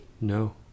no